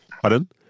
Pardon